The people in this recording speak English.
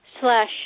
slash